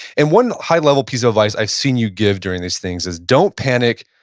and one high level piece of advice i've seen you give during these things is, don't panic,